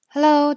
Hello